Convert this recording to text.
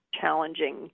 challenging